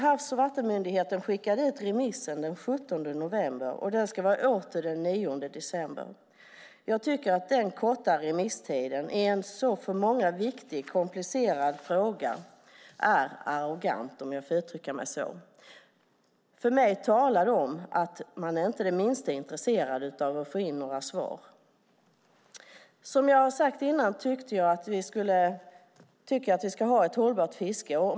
Havs och vattenmyndigheten skickade ut sitt förslag på remiss den 17 november. Svar ska vara åter den 9 december. Att ha så kort remisstid i en för många så viktig och komplicerad fråga är arrogant, om jag får uttrycka mig så. Mig säger det att man inte är det minsta intresserad av att få in några svar. Som jag sagt tycker jag att vi ska ha ett hållbart fiske.